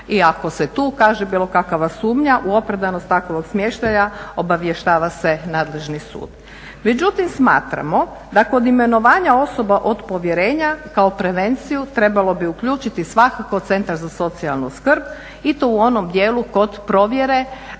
i ako se tu ukaže bilo kakva sumnja u opravdanost takvog smještaja obavještava se nadležni sud. Međutim, smatramo da kod imenovanja osoba od povjerenja kao prevenciju trebalo bi uključiti svakako centar za socijalnu skrb i to u onom dijelu kod provjere